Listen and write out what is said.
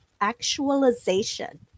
actualization